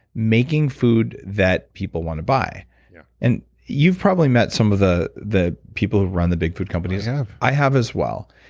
making food that people want to buy yeah and you've probably met some of the the people who run the big food companies i have i have as well.